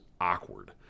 awkward